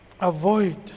avoid